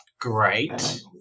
great